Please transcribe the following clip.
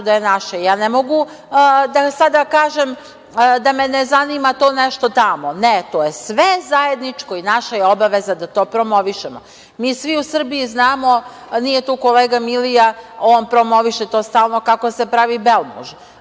da je naše. Ja ne mogu da sada kažem da me ne zanima to nešto tamo. Ne, to je sve zajedničko i naša je obaveza da to promovišemo. Mi svi u Srbiji znamo, nije tu kolega Milija, on promoviše to stalno kako se pravi belmuž,